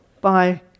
Bye